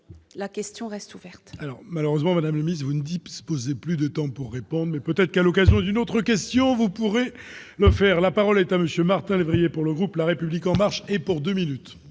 La question reste ouverte.